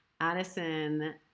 Addison